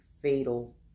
fatal